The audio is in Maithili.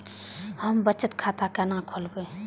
हम बचत खाता केना खोलैब?